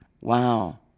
Wow